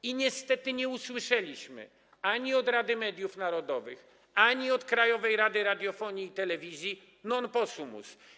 I niestety nie usłyszeliśmy ani od Rady Mediów Narodowych, ani od Krajowej Rady Radiofonii i Telewizji: non possumus.